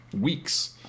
weeks